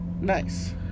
Nice